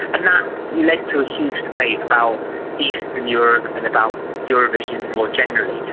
and that led to a huge debate about eastern europe and about eurovision more generally.